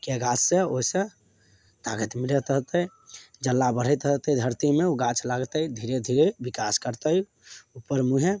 किएकि गाछसे ओहिसे तागत मिलैत रहतै जल्ला बढ़ैत रहतै धरतीमे ओ गाछ लागतै धीरे धीरे विकास करतै उपर मुँहेँ